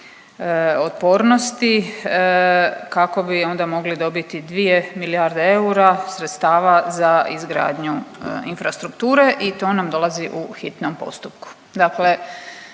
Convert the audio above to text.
otpornosti kako bi onda mogli dobiti dvije milijarde eura sredstava za izgradnju infrastrukture i to nam dolazi u hitnom postupku.